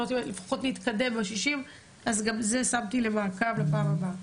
גם את זה שמתי כנקודה למעקב בפעם הבאה.